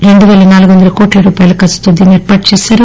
రెండుపేల నాలుగు వందల కోట్ల రూపాయల ఖర్చుతో దీన్ని ఏర్పాటు చేశారు